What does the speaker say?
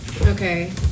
Okay